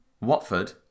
Watford